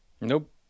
Nope